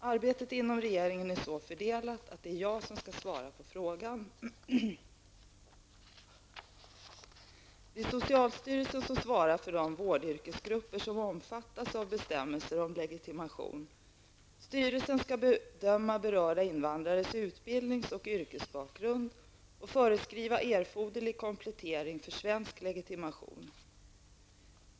Arbetet inom regeringen är så fördelat att det är jag som skall svara på frågan. Det är socialstyrelsen som svarar för de vårdyrkesgrupper som omfattas av bestämmelser om legitimation. Styrelsen skall bedöma berörda invandrares utbildnings och yrkesbakgrund och föreskriva erforderlig komplettering för svensk legitimation.